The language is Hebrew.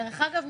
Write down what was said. דרך אגב,